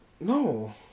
No